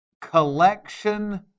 collection